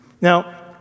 Now